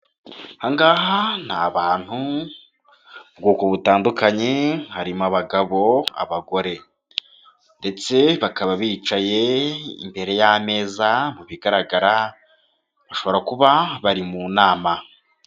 Aha ngaha ni abantu, ubwoko butandukanye harimo abagabo abagore ndetse bakaba bicaye imbere y'ameza, mu bigaragara bashobora kuba bari mu nama.